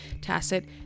tacit